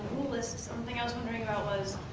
something i was wondering about was